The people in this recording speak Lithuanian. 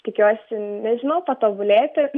tikiuosi nežinau patobulėti